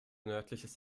nördliches